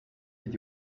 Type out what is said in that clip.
did